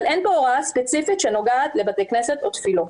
אין פה הוראה ספציפית שנוגעת לבתי כנסת או תפילות.